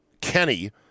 Kenny